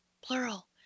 plural